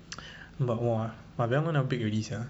but !wah! I very long never bake already sia